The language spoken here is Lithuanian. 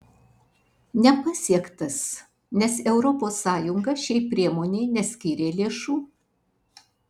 nepasiektas nes europos sąjunga šiai priemonei neskyrė lėšų